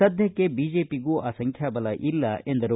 ಸದ್ಯಕ್ಕೆ ಬಿಜೆಪಿಗೂ ಆ ಸಂಖ್ಯಾಬಲ ಇಲ್ಲ ಎಂದರು